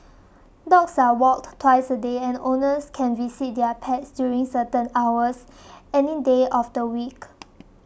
dogs are walked twice a day and owners can visit their pets during certain hours any day of the week